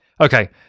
Okay